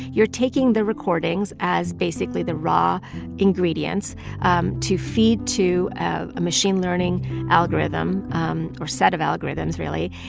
you're taking the recordings as basically the raw ingredients um to feed to a machine-learning algorithm um or set of algorithms, really.